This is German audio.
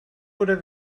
oder